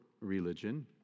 religion